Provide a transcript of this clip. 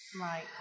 right